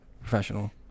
Professional